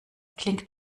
klingt